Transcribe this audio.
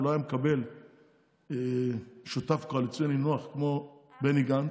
הוא לא היה מקבל שותף קואליציוני נוח כמו בני גנץ.